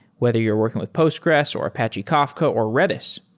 whether you're working with postgres, or apache kafka, or redis,